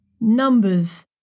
Numbers